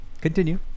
continue